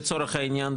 לצורך העניין,